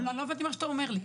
הבנתי מה שאתה אומר לי.